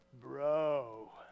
Bro